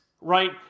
right